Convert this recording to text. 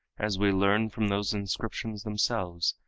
as we learn from those inscriptions themselves,